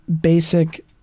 basic